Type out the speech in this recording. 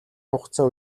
хугацаа